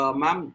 ma'am